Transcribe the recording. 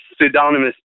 pseudonymous